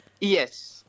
Yes